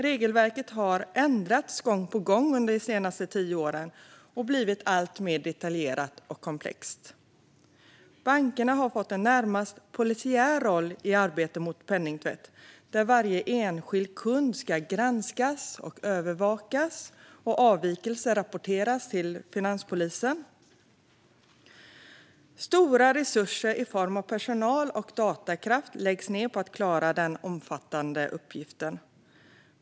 Regelverket har ändrats gång på gång under de senaste tio åren och blivit alltmer detaljerat och komplext. Bankerna har fått en närmast polisiär roll i arbetet mot penningtvätt, och varje enskild kund ska granskas och övervakas, och avvikelser ska rapporteras till finanspolisen. Stora resurser i form av personal och datakraft läggs ned på att klara den omfattande uppgiften.